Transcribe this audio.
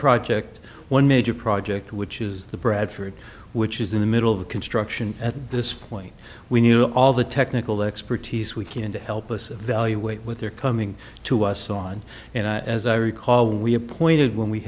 project one major project which is the bradford which is in the middle of construction at this point we knew all the technical expertise we can to help us evaluate what they're coming to us on and as i recall we appointed when we